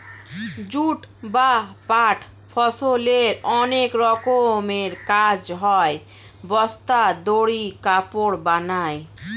jute বা পাট ফসলের অনেক রকমের কাজ হয়, বস্তা, দড়ি, কাপড় বানায়